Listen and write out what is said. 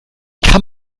kann